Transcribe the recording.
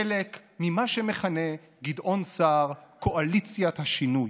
חלק ממה שמכנה גדעון סער "קואליציית השינוי".